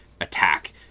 attack